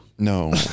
No